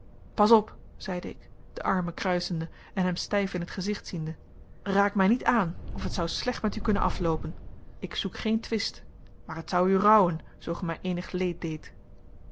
pas op zeide ik de armen kruisende en hem stijf in t gezicht ziende raak mij niet aan of het zou slecht met u kunnen afloopen ik zoek geen twist maar het zou u rouwen zoo ge mij eenig leed